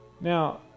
now